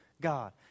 God